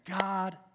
God